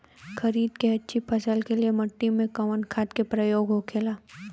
खरीद के अच्छी फसल के लिए मिट्टी में कवन खाद के प्रयोग होखेला?